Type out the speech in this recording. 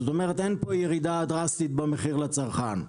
זאת אומרת, אין פה ירידה דרסטית במחיר לצרכן.